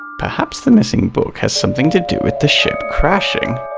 perhaps the missing book has something to do with the ship crashing?